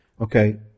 Okay